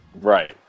right